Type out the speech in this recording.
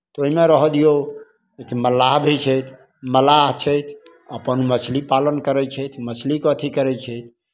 तऽ ओहिमे रहय दियौ एक मल्लाह भी छथि मल्लाह छथि अप्पन मछली पालन करै छथि मछलीके अथी करै छथि